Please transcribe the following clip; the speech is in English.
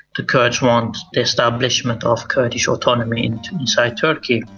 the kurds want the establishment of kurdish autonomy and inside turkey.